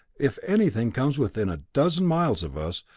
if anything comes within a dozen miles of us,